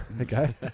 Okay